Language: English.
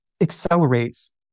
accelerates